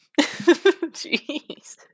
Jeez